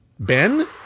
Ben